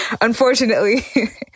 unfortunately